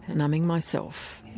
numbing myself,